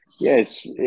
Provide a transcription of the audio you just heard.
Yes